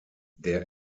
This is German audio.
der